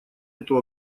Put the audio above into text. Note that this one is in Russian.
эту